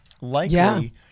likely